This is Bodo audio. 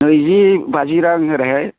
नैजि बाजि रां ओरैहाय